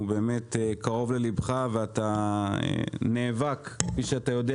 זה באמת נושא קרוב לליבך ואתה נאבק כפי שאתה יודע